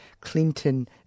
Clinton